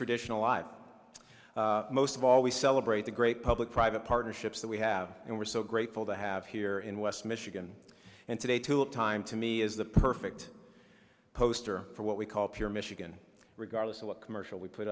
traditional alive most of all we celebrate the great public private partnerships that we have and we're so grateful to have here in west michigan and today to a time to me is the perfect poster for what we call pure michigan regardless of what commercial we put